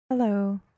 Hello